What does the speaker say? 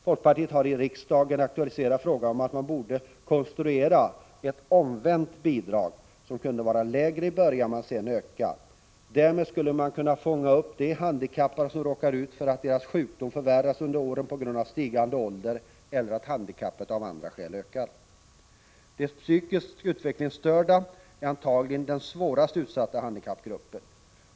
Folkpartiet har i riksdagen aktualiserat frågan om att konstruera ett ”omvänt bidrag”, som skulle kunna vara lägre i början men sedan öka. Därmed skulle man kunna fånga upp sådana handikappade som råkar ut för att deras sjukdom förvärras på grund av stigande ålder eller att handikappet ökar av andra skäl. De psykiskt utvecklingsstörda är antagligen den mest utsatta handikappgruppen.